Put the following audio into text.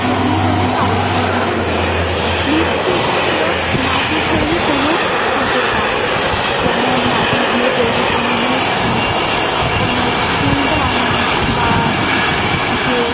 সেগুলি হলো কারুশিল্প মৃৎশিল্প হলো মাটির তৈরি কোনো হাতের কাজ যেমন মাটি দিয়ে তৈরি কোনো মূর্তি কোনো ফুলদানি বা যে